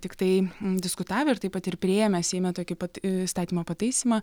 tiktai diskutavę ir taip pat ir priėmę seime tokį pat įstatymo pataisymą